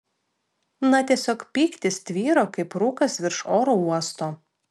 na tiesiog pyktis tvyro kaip rūkas virš oro uosto